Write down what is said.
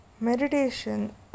Meditation